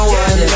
one